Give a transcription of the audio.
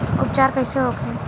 उपचार कईसे होखे?